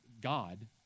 God